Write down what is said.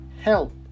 help